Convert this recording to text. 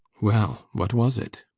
well, what was it?